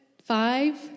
five